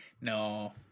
No